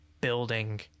building